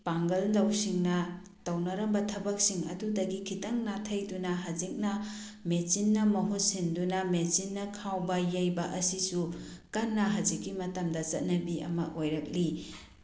ꯄꯥꯡꯒꯜ ꯂꯧꯁꯤꯡꯅ ꯇꯧꯅꯔꯝꯕ ꯊꯕꯛꯁꯤꯡ ꯑꯗꯨꯗꯒꯤ ꯈꯤꯇꯪ ꯅꯥꯊꯩꯗꯨꯅ ꯍꯧꯖꯤꯛꯅ ꯃꯦꯆꯤꯟꯅ ꯃꯍꯨꯠ ꯁꯤꯟꯗꯨꯅ ꯃꯦꯆꯤꯟꯅ ꯈꯥꯎꯕ ꯌꯩꯕ ꯑꯁꯤꯁꯨ ꯀꯟꯅ ꯍꯧꯖꯤꯛꯀꯤ ꯃꯇꯝꯗ ꯆꯠꯅꯕꯤ ꯑꯃ ꯑꯣꯏꯔꯛꯂꯤ